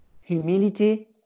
humility